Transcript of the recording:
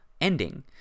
ending